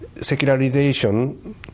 secularization